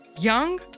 Young